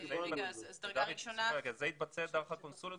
וזה התבצע דרך הקונסוליות?